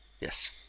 Yes